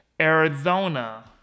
Arizona